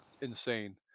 insane